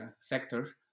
sectors